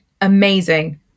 amazing